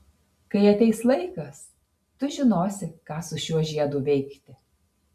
kai ateis laikas tu žinosi ką su šiuo žiedu veikti